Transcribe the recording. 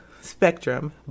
spectrum